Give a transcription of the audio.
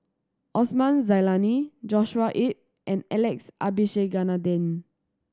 Osman Zailani Joshua Ip and Alex Abisheganaden